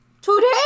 Today